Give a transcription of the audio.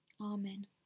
Amen